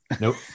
Nope